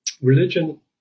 religion